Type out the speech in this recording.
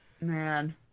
man